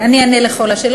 אני אענה על כל השאלות,